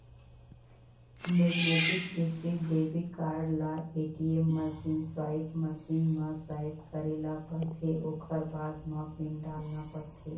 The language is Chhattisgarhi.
मेगनेटिक स्ट्रीप डेबिट कारड ल ए.टी.एम मसीन, स्वाइप मशीन म स्वाइप करे ल परथे ओखर बाद म पिन डालना परथे